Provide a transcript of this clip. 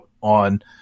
on